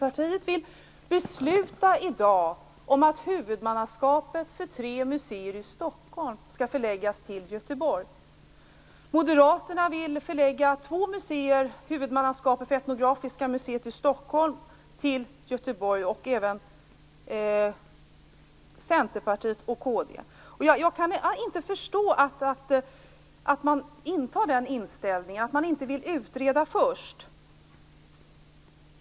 De vill besluta i dag om att huvudmannaskapet för tre museer i Stockholm skall förläggas till Göteborg. Moderaterna vill förlägga två museer och huvudmannaskapet för Etnografiska museet i Stockholm till Göteborg. Det vill även Centerpartiet och kd. Jag kan inte förstå att man har den inställningen att man inte vill utreda först.